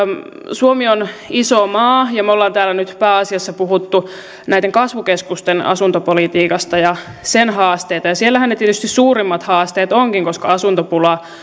suomi on iso maa ja me olemme täällä nyt pääasiassa puhuneet näiden kasvukeskusten asuntopolitiikasta ja sen haasteista ja siellähän tietysti ne suurimmat haasteet ovatkin koska asuntopula